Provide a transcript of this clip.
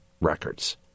records